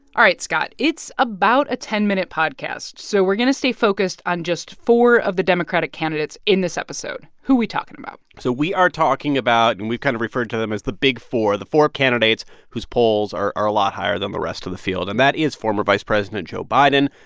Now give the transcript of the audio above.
all right, scott, it's about a ten minute podcast, so we're going to stay focused on just four of the democratic candidates in this episode. who we talking about? so we are talking about and we've kind of referred to them as the big four, the four candidates whose polls are are a lot higher than the rest of the field, and that is former vice president joe biden,